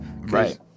right